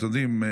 אתם יודעים,